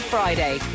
Friday